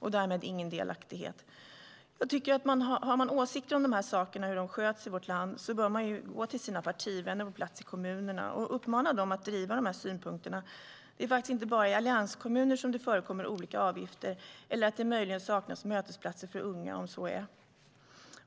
och därmed ingen delaktighet. Har man åsikter om hur dessa saker sköts i vårt land bör man gå till sina partivänner på plats i kommunerna och uppmana dem att driva de här synpunkterna. Det är faktiskt inte bara i allianskommuner som det förekommer olika avgifter eller att det möjligen saknas mötesplatser för unga.